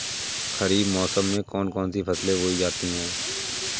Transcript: खरीफ मौसम में कौन कौन सी फसलें बोई जाती हैं?